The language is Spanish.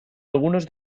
algunos